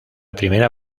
primera